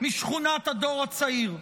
משכונות הדור הצעיר.